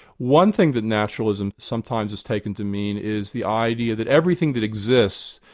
one thing that naturalism sometimes is taken to mean is the idea that everything that exists,